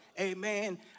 Amen